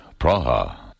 Praha